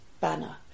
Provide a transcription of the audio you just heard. banner